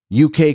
UK